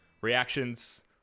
reactions